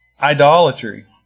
idolatry